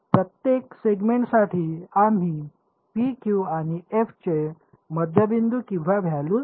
प्रत्येक सेगमेंटसाठी आम्ही p q आणि f चे मध्यबिंदू किंवा व्हॅल्यू ठेवतो